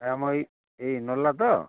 ଆମ ଏଇ ଏଇ ନଲ୍ଲା ତ